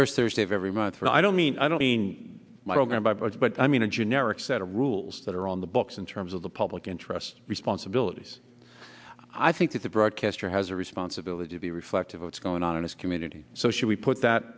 first thursday of every month and i don't mean i don't mean my program by but i mean a generic set of rules that are on the books in terms of the public interest responsibilities i think that the broadcaster has a responsibility to be reflective of it's going on in this community so should we put that